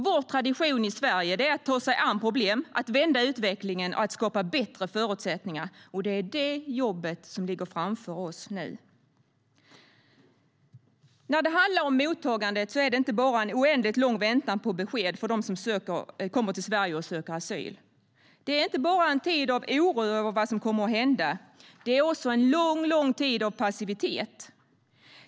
Vår tradition i Sverige är att ta sig an problem, vända utvecklingen och skapa bättre förutsättningar. Det är det jobbet som ligger framför oss nu. När det handlar om mottagandet är det inte bara en oändligt lång väntan på besked för dem som kommer till Sverige och söker asyl. Det är inte bara en tid av oro över vad som kommer att hända. Det är också en lång tid av passivitet.